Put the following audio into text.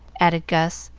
added gus,